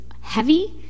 heavy